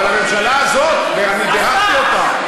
אבל הממשלה הזאת, אני בירכתי אותה.